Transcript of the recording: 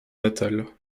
natale